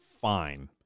fine